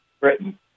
Britain